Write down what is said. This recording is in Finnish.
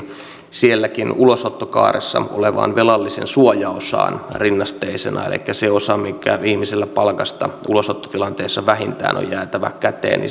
ulosottokaaressa olevan velallisen suojaosaan rinnasteisena elikkä sitä osaa mikä ihmisellä palkasta ulosottotilanteessa vähintään on jäätävä käteen